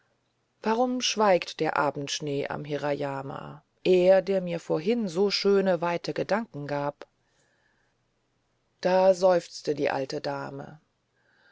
warum schweigt der abendschnee am hirayama er der mir vorhin so schöne weite gedanken gab da seufzte die alte dame